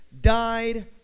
died